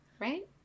Right